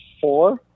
four